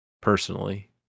personally